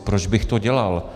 Proč bych to dělal?